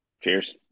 Cheers